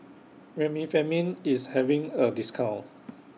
Remifemin IS having A discount